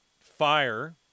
fire